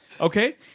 Okay